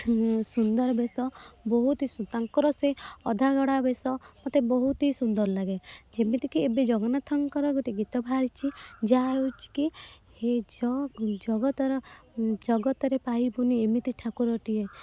ଉ ସୁନ୍ଦର ବେଶ ବହୁତ ହିଁ ସୁନ୍ଦର ତାଙ୍କର ସେ ଅଧାଗଢ଼ା ବେଶ ମୋତେ ବହୁତ ହିଁ ସୁନ୍ଦର ଲାଗେ ଯେମିତି କି ଏବେ ଜଗନ୍ନାଥଙ୍କର ଗୋଟିଏ ଗୀତ ବାହାରିଛି ଯାହା ହେଉଛି କି ହେ ଜଗ ଜଗତର ଜଗତରେ ପାଇବୁନି ଏମିତି ଠାକୁର ଟିଏ